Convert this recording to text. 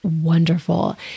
wonderful